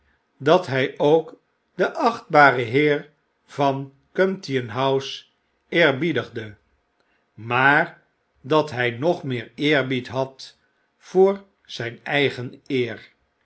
dat hy ook den achtbaren heer van gumtion house eerbiedigde maar dat hy hog meer eerbied had voor zyn eigen ecr